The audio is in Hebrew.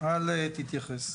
אל תתייחס.